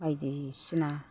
बायदिसिना